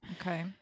Okay